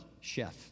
chef